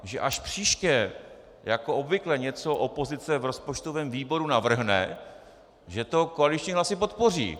Že až příště jako obvykle něco opozice v rozpočtovém výboru navrhne, že to koaliční hlasy podpoří.